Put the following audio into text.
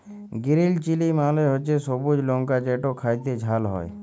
গিরিল chilli মালে হছে সবুজ লংকা যেট খ্যাইতে ঝাল হ্যয়